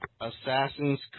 Assassin's